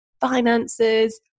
finances